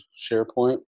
SharePoint